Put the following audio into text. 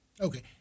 Okay